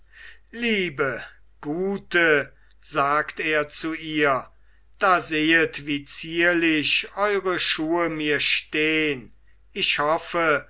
liebe gute sagt er zu ihr da sehet wie zierlich eure schuhe mir stehn ich hoffe